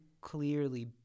clearly